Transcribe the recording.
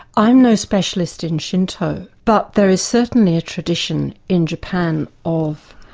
i'm no specialist in shinto, but there is certainly a tradition in japan of